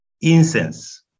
incense